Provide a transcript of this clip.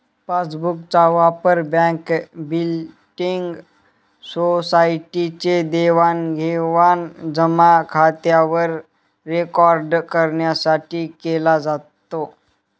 passbook चा वापर bank, building, society चे देवाणघेवाण जमा खात्यावर रेकॉर्ड करण्यासाठी केला जातो